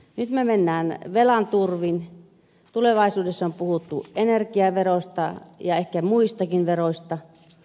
nyt me menemme velan turvin tulevaisuudessa on puhuttu energiaverosta ja ehkä muistakin veroista